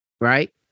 right